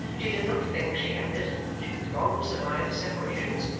she did not think, she added, that she could long survive the separations,